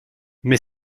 mais